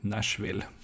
Nashville